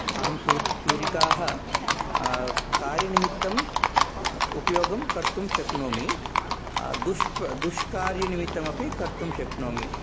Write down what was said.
अहं सू छुरिकां कार्यनिमित्तम् उपयोगं कर्तुं शक्नोमि दुष् दुष्कार्यनिमित्तमपि कर्तुं शक्नोमि